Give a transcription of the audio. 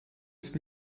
ist